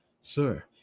Sir